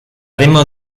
demo